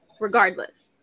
regardless